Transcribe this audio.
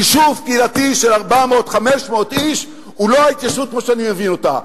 יישוב קהילתי של 400 500 איש הוא לא ההתיישבות כמו שאני מבין אותה,